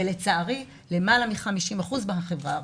ולצערי יותר מ-50% בחברה הערבית.